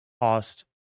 cost